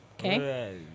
Okay